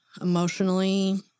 emotionally